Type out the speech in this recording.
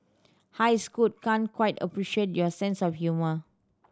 hi Scoot can't quite appreciate your sense of humour